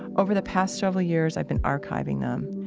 over the past several years i've been archiving them,